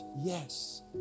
yes